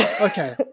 Okay